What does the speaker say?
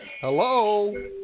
Hello